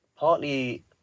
Partly